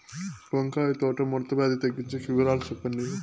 వంకాయ తోట ముడత వ్యాధి తగ్గించేకి వివరాలు చెప్పండి?